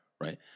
right